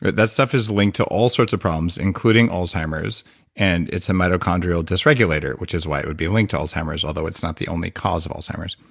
but that stuff is linked to all sorts of problems including alzheimer's and it's a mitochondrial dysregulated which is why it would be linked to alzheimer's although it's not the only cause of alzheimer's.